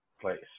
place